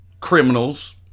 criminals